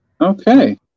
Okay